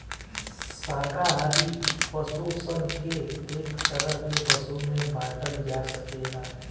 शाकाहारी पशु सन के एक तरह के पशु में बाँटल जा सकेला